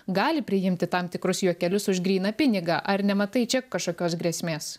gali priimti tam tikrus juokelius už gryną pinigą ar nematai čia kažkokios grėsmės